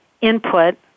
input